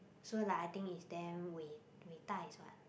so like I think is them with with